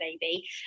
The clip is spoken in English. baby